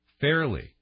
fairly